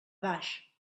baix